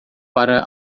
para